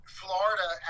florida